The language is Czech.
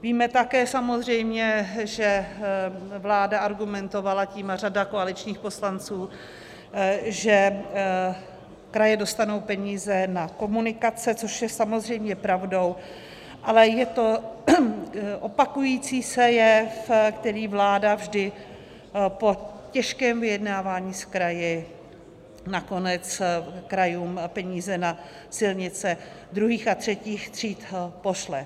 Víme také samozřejmě, že vláda argumentovala tím, a řada koaličních poslanců, že kraje dostanou peníze na komunikace, což je samozřejmě pravdou, ale je to opakující se jev, kdy vláda vždy po těžkém vyjednávání s kraji nakonec krajům peníze na silnice druhých a třetích tříd pošle.